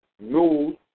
news